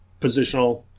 positional